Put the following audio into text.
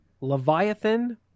Leviathan